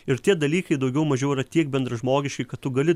ir tie dalykai daugiau mažiau yra tiek bendražmogiški kad tu gali